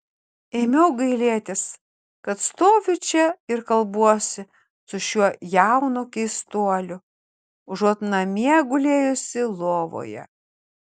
ėmiau gailėtis kad stoviu čia ir kalbuosi su šiuo jaunu keistuoliu užuot namie gulėjusi lovoje